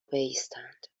بایستند